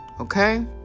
Okay